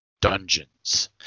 dungeons